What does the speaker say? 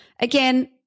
again